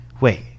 wait